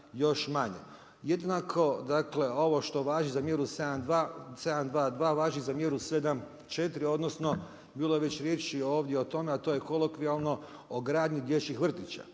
Jednako ovo što važi za mjeru 7.2.2. važi za mjeru 7.4. odnosno bilo je već riječi ovdje o tome, a to je kolokvijalno o gradnji dječjih vrtića.